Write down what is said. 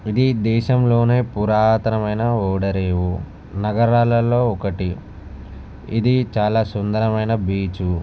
ఇది దేశంలో పురాతనమైన ఓడరేవు నగరాలలో ఒకటి ఇది సుందరమైన బీచు